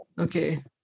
okay